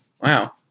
Wow